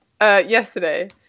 yesterday